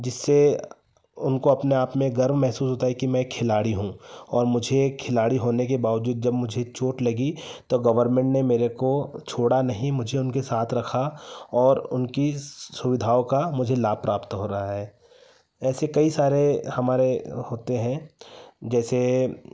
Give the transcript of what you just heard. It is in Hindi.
जिससे उनको अपने आप में गर्व महसूस होता है कि मैं खिलाड़ी हूँ और मुझे खिलाड़ी होने के बावजूद जब मुझे चोट लगी तब गवर्नमेंट ने मेरे को छोड़ा नहीं मुझे उनके साथ रखा और उनकी सुविधाओं का मुझे लाभ प्राप्त हो रहा है ऐसे कई सारे हमारे होते हैं जैसे